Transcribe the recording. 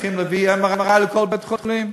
הולכים להביא MRI לכל בית-חולים.